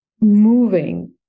moving